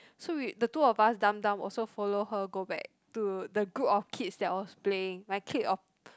so we the two of us dumb dumb also follow her go back to the group of kids that was playing like clique of